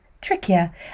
trickier